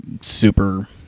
super